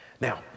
now